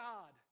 God